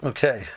Okay